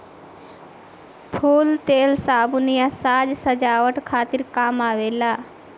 फूल तेल, साबुन आ साज सजावट खातिर काम आवेला